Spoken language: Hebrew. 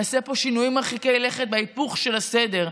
נעשה פה שינויים מרחיקי לכת בהיפוך של הסדר.